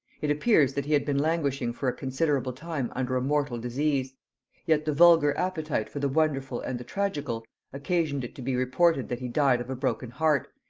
it appears that he had been languishing for a considerable time under a mortal disease yet the vulgar appetite for the wonderful and the tragical occasioned it to be reported that he died of a broken heart,